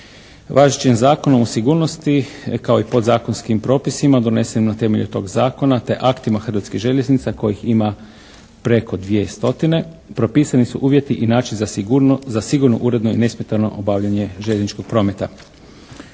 Važećem Zakonom o sigurnosti kao i podzakonskim propisima donesenim na temelju tog zakona, te aktima Hrvatskih željeznica kojih ima preko 2 stotine propisani su uvjeti i način za sigurno uredno i nesmetano obavljanje željezničkog prometa.